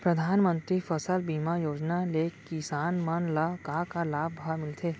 परधानमंतरी फसल बीमा योजना ले किसान मन ला का का लाभ ह मिलथे?